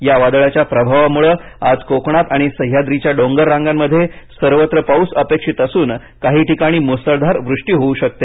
या वादळाच्या प्रभावामुळे आज कोकणात आणि सह्याद्रीच्या डोंगररांगांमध्ये सर्वत्र पाऊस अपेक्षित असून काही ठिकाणी मुसळधार वृष्टी होऊ शकते